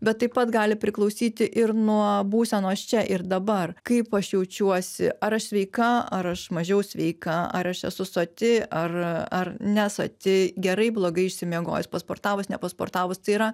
bet taip pat gali priklausyti ir nuo būsenos čia ir dabar kaip aš jaučiuosi ar aš sveika ar aš mažiau sveika ar aš esu soti ar ar nesoti gerai blogai išsimiegojus pasportavus ne pasportavus tai yra